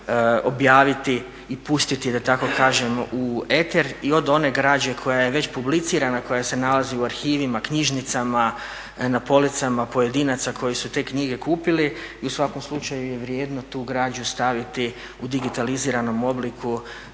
objaviti i pustiti da tako kažem u eter i od one građe koja je već publicirana koja se nalazi u arhivima, knjižnicama, na policama pojedinaca koji su te knjige kupili i u svakom slučaju je vrijedno tu građu staviti u digitaliziranom obliku